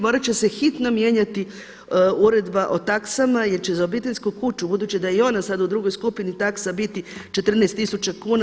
Morat će se hitno mijenjati Uredba o taksama, jer će za obiteljsku kuću, budući da je i ona sad u drugoj skupini taksa biti 14000 kuna.